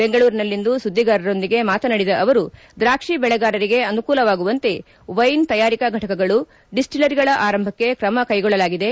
ಬೆಂಗಳೂರಿನಲ್ಲಿಂದು ಸುದ್ದಿಗಾರರೊಂದಿಗೆ ಮಾತನಾಡಿದ ಅವರು ದ್ರಾಕ್ಷಿ ಬೆಳೆಗಾರರಿಗೆ ಅನುಕೂಲವಾಗುವಂತೆ ವೈನ್ ತಯಾರಿಕಾ ಘಟಕಗಳು ಡಿಸ್ಟಿಲರಿಗಳ ಆರಂಭಕ್ಕೆ ತ್ರಮ ಕೈಗೊಳ್ಳಲಾಗಿದೆ